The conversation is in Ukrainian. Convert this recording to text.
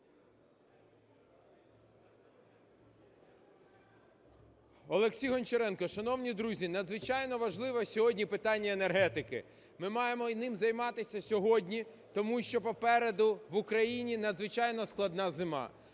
Олексій Гончаренко. Шановні друзі, надзвичайно важливе сьогодні питання енергетики. Ми маємо ним займатися сьогодні, тому що попереду в Україні надзвичайно складна зима.